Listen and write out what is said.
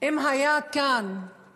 אם היה כאן לא